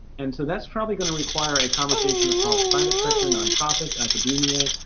and so, that's probably going to require a conversation across private sector, non-profits, academia,